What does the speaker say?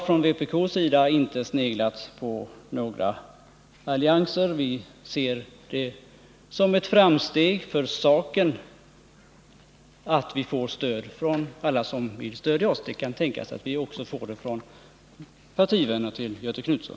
Från vpk:s sida har vi inte sneglat på några allianser, men vi ser det som ett framsteg för saken att vi får stöd från alla som vill stödja oss. Det kan tänkas att vi också får det från partivänner till Göthe Knutson.